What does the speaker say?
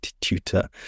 tutor